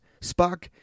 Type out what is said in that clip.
Spock